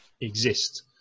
exist